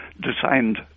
designed